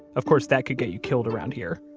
of course, that could get you killed around here.